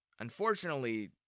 Unfortunately